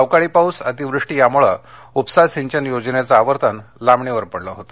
अवकाळी पाऊस अतिवृष्टी यामुळे उपसा सिंचन योजनेचे आवर्तन लांबणीवर पडले होते